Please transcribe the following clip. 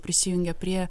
prisijungia prie